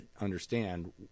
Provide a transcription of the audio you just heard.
understand